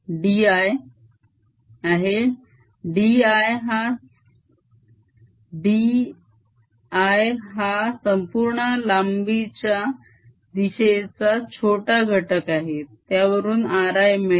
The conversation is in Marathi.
dl आहे dl हा संपूर्ण लांबीच्या दिशेचा छोटा घटक आहे यावरून r I मिळेल